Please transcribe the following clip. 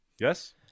Yes